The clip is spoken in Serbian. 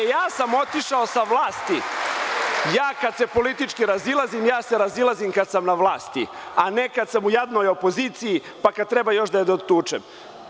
E, ja sam otišao sa vlasti, ja kada se politički razilazim, ja se razilazim kada sam na vlasti, a ne kada sam u jadnoj opoziciji, pa kad treba još i da je dotučem.